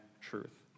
truth